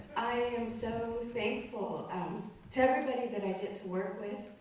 i am so thankful to everybody that i get to work with.